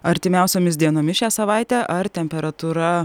artimiausiomis dienomis šią savaitę ar temperatūra